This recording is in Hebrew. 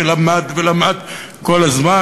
שלמד ולמד כל הזמן.